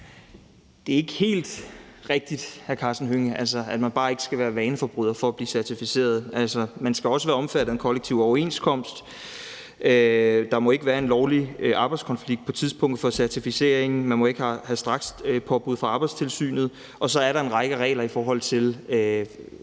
Det er ikke helt rigtigt, hr. Karsten Hønge, at man bare ikke skal være vaneforbryder for at blive certificeret. Man skal også være omfattet af en kollektiv overenskomst, der må ikke være en lovlig arbejdskonflikt på tidspunktet for certificeringen, man må ikke have strakspåbud fra Arbejdstilsynet, og så er der en række regler, i forhold til